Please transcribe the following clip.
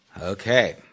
Okay